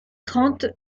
trente